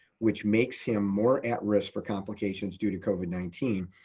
which makes him more at risk for complications due to covid nineteen,